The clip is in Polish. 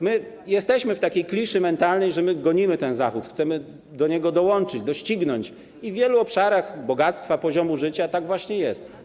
My jesteśmy w takiej kliszy mentalnej, że gonimy ten Zachód, chcemy do niego dołączyć, doścignąć i w wielu obszarach wysokiego poziomu życia tak właśnie jest.